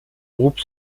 groupe